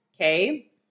okay